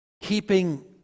keeping